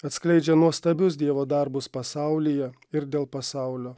atskleidžia nuostabius dievo darbus pasaulyje ir dėl pasaulio